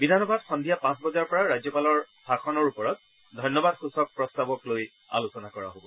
বিধানসভাত সন্ধিয়া পাঁচ বজাৰ পৰা ৰাজ্যপালৰ ভাষণৰ ওপৰত ধন্যবাদসূচক প্ৰস্তাৱৰ ওপৰত আলোচনা হব